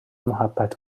محبت